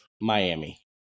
Miami